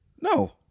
No